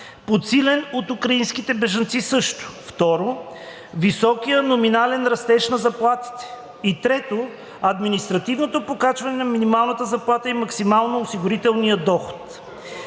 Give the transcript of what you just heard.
подсилен от украинските бежанци също. Второ, висок номинален растеж на заплатите и трето, административното покачване на минималната заплата и максимално осигурителния доход.